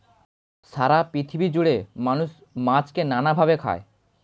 সারা পৃথিবী জুড়ে মানুষ মাছকে নানা ভাবে খায়